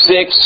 Six